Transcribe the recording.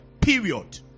period